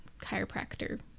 chiropractor